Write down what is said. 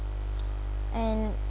and